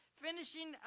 finishing